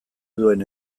duen